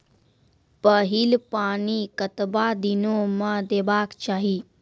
पहिल पानि कतबा दिनो म देबाक चाही?